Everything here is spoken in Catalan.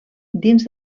dins